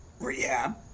rehab